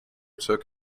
took